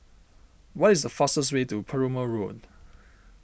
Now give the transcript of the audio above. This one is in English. what is the fastest way to Perumal Road